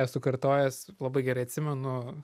esu kartojęs labai gerai atsimenu